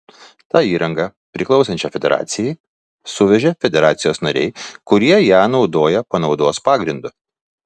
tą įrangą priklausančią federacijai suvežė federacijos nariai kurie ją naudoja panaudos pagrindu